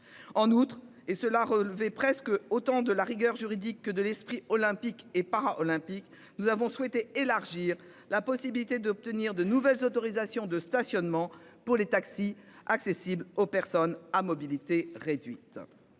En outre, et cela relevait presque autant de la rigueur juridique que de l'esprit olympique et para-olympiques. Nous avons souhaité élargir la possibilité d'obtenir de nouvelles autorisations de stationnement pour les taxis accessibles aux personnes à mobilité réduite.